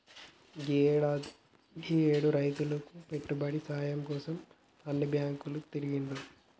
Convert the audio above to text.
గీయేడు రైతులు పెట్టుబడి సాయం కోసం ఎన్ని బాంకులు తిరిగిండ్రో